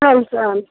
की हाल चाल